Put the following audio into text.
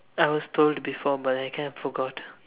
I was told before but I kind of forgot